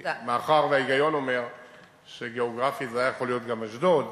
מאחר שההיגיון אומר שגיאוגרפית זה היה יכול להיות גם אשדוד,